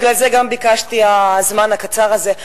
בגלל זה גם ביקשתי את הזמן הקצר הזה.